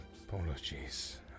Apologies